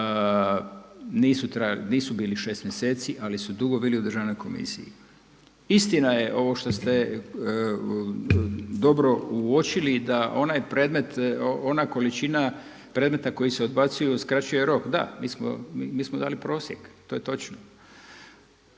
Nisu bili 6 mjeseci, ali su dugo bili u državnoj komisiji. Istina je ovo što ste dobro uočili da onaj predmet, ona količina predmeta koji se odbacuju skraćuje rok, da mi smo dali prosjek, to je točno.